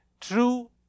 true